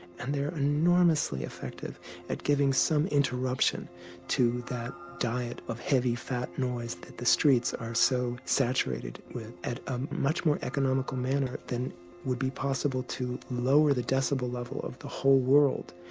and they are enormously effective at giving some interruption to that diet of heavy, fat noise that the streets are so saturated with, at a much more economical manner that would be possible to lower the decibel level of the whole world.